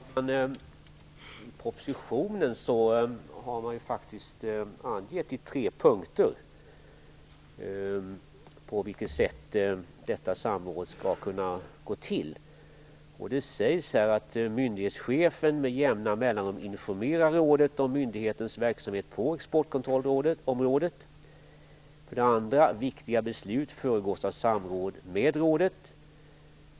Fru talman! I propositionen har man i tre punkter angett hur detta samråd skall gå till. Det sägs för det första att myndighetschefen med jämna mellanrum informerar rådet om myndighetens verksamhet på exportkontrollområdet. För det andra föregås viktiga beslut av samråd med rådet.